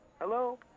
Hello